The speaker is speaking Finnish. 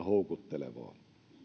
houkuttelevaa